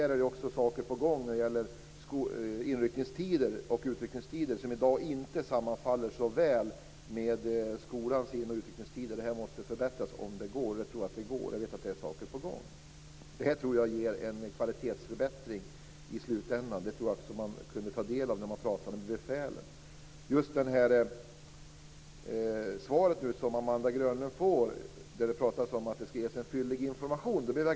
I dag sammanfaller inte in och utryckningstider så väl med skolans tider. Det måste förbättras, och jag tror att det går. Jag vet att saker är på gång. Det ger i slutändan en kvalitetsförbättring. Det kunde jag också ta del av när jag pratade med befälen. Jag blev glad när jag hörde svaret till Amanda Grönlund om att det skall ges en fyllig information.